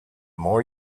more